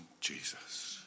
Jesus